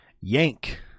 Yank